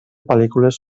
pel·lícules